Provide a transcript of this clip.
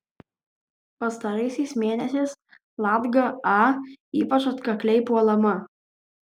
pastaraisiais mėnesiais latga a ypač atkakliai puolama